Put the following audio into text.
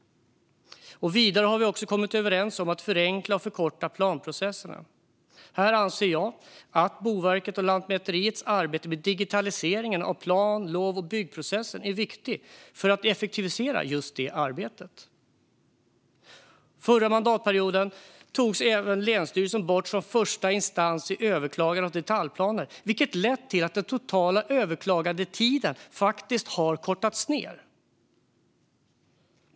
Vidare har vi kommit överens om att förenkla och förkorta planprocesserna. Här är Boverkets och Lantmäteriets arbete med digitaliseringen av plan-, lov och byggprocessen viktigt, anser jag, för att effektivisera arbetet. Förra mandatperioden togs länsstyrelsen bort som första instans för överklagande av detaljplaner, vilket har lett till att den totala överklagandetiden har kortats ned.